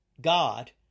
God